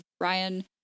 Ryan